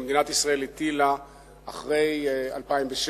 שמדינת ישראל הטילה אחרי 2006